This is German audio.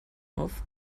auf